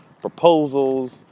proposals